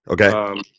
Okay